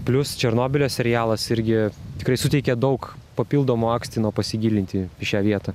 plius černobylio serialas irgi tikrai suteikė daug papildomo akstino pasigilinti į šią vietą